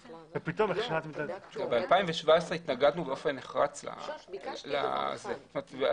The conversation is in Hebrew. ב-2017 התנגדנו באופן נחרץ להחלטה.